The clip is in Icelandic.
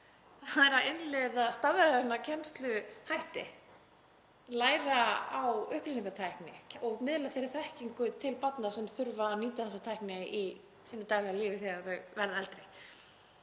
það er að innleiða stafræna kennsluhætti, læra á upplýsingatækni og miðla þeirri þekkingu til barna sem þurfa að nýta þessa tækni í sínu daglega lífi þegar þau verða eldri.